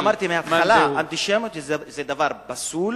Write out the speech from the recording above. כן, אני אמרתי בהתחלה שאנטישמיות זה דבר פסול